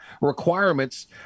requirements